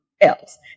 else